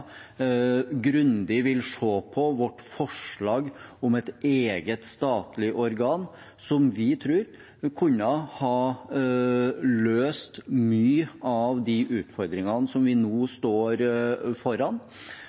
vil se grundig på vårt forslag om et eget statlig organ, som vi tror kunne ha løst mye av de utfordringene vi nå står foran,